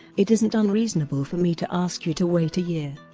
it isn't unreasonable for me to ask you to wait a year.